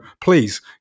please